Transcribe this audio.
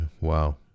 Wow